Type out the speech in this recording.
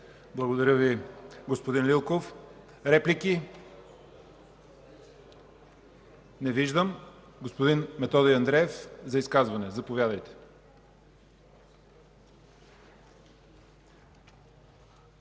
Благодаря Ви, господин Лилков. Реплики? Не виждам. Господин Методи Андреев – за изказване, заповядайте.